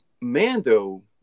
Mando